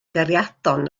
gariadon